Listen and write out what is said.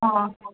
অঁ